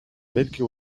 milky